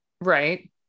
Right